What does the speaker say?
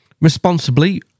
responsibly